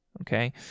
okay